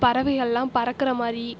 பறவைகளெலாம் பறக்கிற மாதிரி